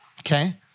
okay